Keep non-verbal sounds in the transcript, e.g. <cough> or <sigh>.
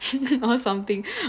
<laughs> oh something